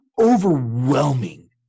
overwhelming